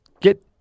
get